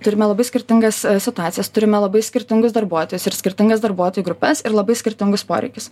turime labai skirtingas situacijas turime labai skirtingus darbuotojus ir skirtingas darbuotojų grupes ir labai skirtingus poreikius